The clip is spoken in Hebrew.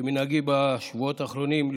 אבל תמיד בכל היגיון יש יוצאים מן הכלל,